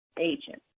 agent